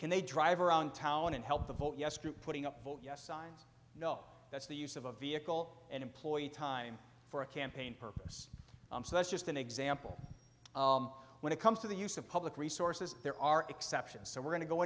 can they drive around town and help to vote yes group putting up vote yes signs no that's the use of a vehicle and employ time for a campaign purpose so that's just an example when it comes to the use of public resources there are exceptions so we're going to go